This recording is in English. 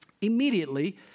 Immediately